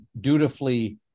dutifully